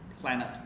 planet